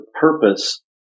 purpose